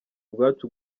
bwacu